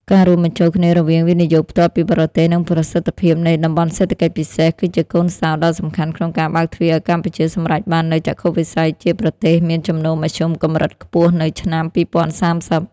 ការរួមបញ្ចូលគ្នារវាង វិនិយោគផ្ទាល់ពីបរទេស និងប្រសិទ្ធភាពនៃ តំបន់សេដ្ឋកិច្ចពិសេស គឺជាកូនសោរដ៏សំខាន់ក្នុងការបើកទ្វារឱ្យកម្ពុជាសម្រេចបាននូវចក្ខុវិស័យជាប្រទេសមានចំណូលមធ្យមកម្រិតខ្ពស់នៅឆ្នាំ ២០៣០។